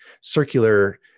circular